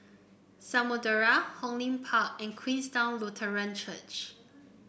Samudera Hong Lim Park and Queenstown Lutheran Church